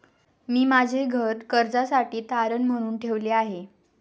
मी माझे घर कर्जासाठी तारण म्हणून ठेवले आहे